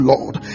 Lord